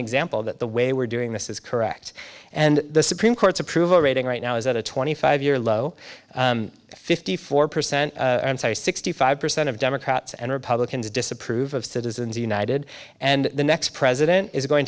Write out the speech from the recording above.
example that the way we're doing this is correct and the supreme court's approval rating right now is at a twenty five year low fifty four percent i'm sorry sixty five percent of democrats and republicans disapprove of citizens united and the next president is going